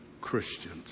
Christians